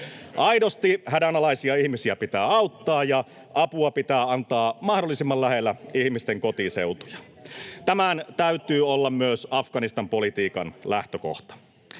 Aidosti hädänalaisia ihmisiä pitää auttaa, ja apua pitää antaa mahdollisimman lähellä ihmisten kotiseutuja. [Jussi Halla-aho: Se on Sipilän linja!] Tämän täytyy olla myös Afganistan-politiikan lähtökohta.